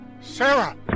Sarah